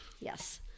Yes